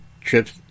trips